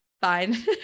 fine